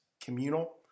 communal